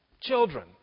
children